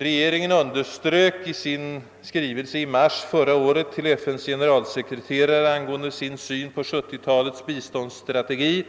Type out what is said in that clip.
Regeringen underströk i sin skrivelse i mars förra året till FN:s generalsekreterare angående sin syn på 1970-talets biståndsstrategi